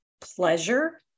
pleasure